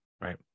Right